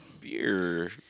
beer